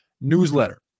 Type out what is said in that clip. newsletter